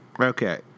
Okay